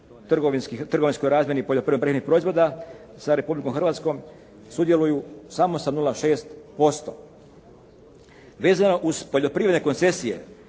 trgovinskoj razmjeni poljoprivrednih proizvoda sa Republikom Hrvatskom sudjeluju samo sa 0,6%. Vezano uz poljoprivredne koncesije